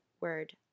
word